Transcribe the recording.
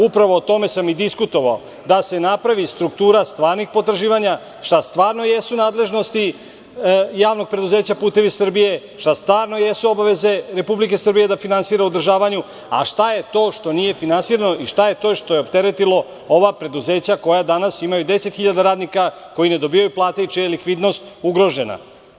Upravo o tome sam i diskutovao – da se napravi struktura stvarnih potraživanja, šta stvarno jesu nadležnosti javnog preduzeća "Putevi Srbije", šta stvarno jesu obaveze Republike Srbije da finansira u održavanju a šta je to što nije finansirano i šta je to što je opteretilo ova preduzeća koja danas imaju 10 hiljada radnika koji ne dobijaju plate i čija je likvidnost ugrožena?